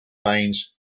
baynes